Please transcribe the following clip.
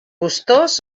gustós